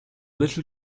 little